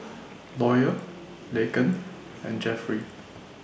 Lawyer Laken and Jeffrey